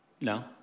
no